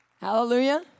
Hallelujah